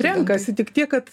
renkasi tik tiek kad